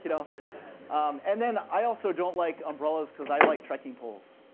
you know um and then, i also don't like umbrellas because i like trekking poles.